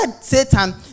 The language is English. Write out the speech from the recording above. Satan